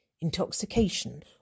intoxication